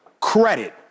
credit